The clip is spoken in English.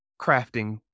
crafting